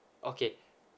okay